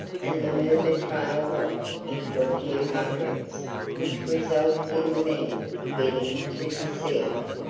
and the murmur trailed off into a few mutterings which resulted in the men beginning to descend.